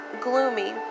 gloomy